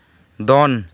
ᱫᱚᱱ